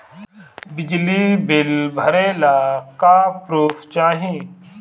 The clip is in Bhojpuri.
बिजली बिल भरे ला का पुर्फ चाही?